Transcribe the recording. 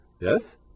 yes